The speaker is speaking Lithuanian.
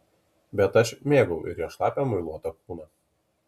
bet aš mėgau ir jos šlapią muiluotą kūną